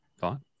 thought